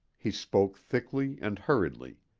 he spoke thickly and hurriedly.